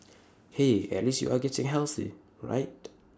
hey at least you are getting healthy right